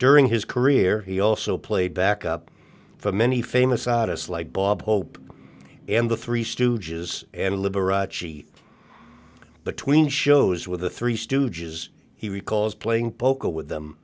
during his career he also played back up for many famous august like bob hope and the three stooges and liberace between shows with the three stooges he recalls playing poker with them